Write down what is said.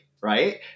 right